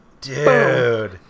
Dude